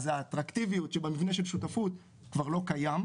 אז האטרקטיביות שבמבנה של שותפות כבר לא קיים.